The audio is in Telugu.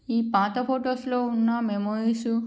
ఈ పాత ఫొటోస్లో ఉన్న మెమోరీస్